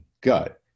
gut